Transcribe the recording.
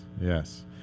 yes